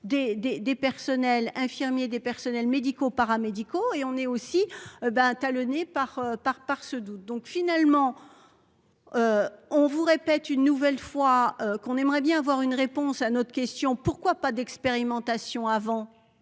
des personnels infirmiers des personnels médicaux, paramédicaux et on est aussi ben talonné par par par ce doute donc finalement. On vous répète une nouvelle fois qu'on aimerait bien avoir une réponse à notre question pourquoi pas d'expérimentation avant